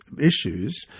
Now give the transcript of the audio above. issues